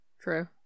true